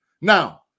Now